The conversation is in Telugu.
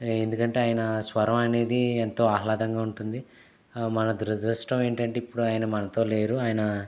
ఎందుకంటే ఆయన స్వరం అనేది ఎంతో ఆహ్లాదంగా ఉంటుంది మన దురదృష్టం ఏంటంటే ఇప్పుడు ఆయన మనతో లేరు ఆయన